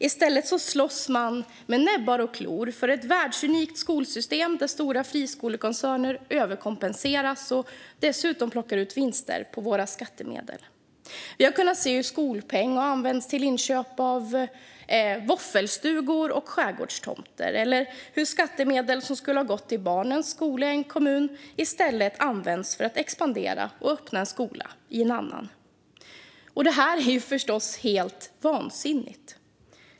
I stället slåss man med näbbar och klor för ett världsunikt skolsystem där stora friskolekoncerner överkompenseras och dessutom plockar ut vinster på våra skattemedel. Vi har kunnat se hur skolpengen använts till inköp av våffelstugor och skärgårdstomter och hur skattemedel som skulle ha gått till barnens skola i en kommun i stället använts för att expandera och öppna en skola i en annan kommun. Det är förstås helt vansinnigt.